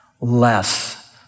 less